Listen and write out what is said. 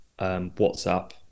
WhatsApp